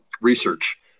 research